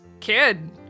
kid